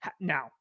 Now